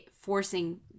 forcing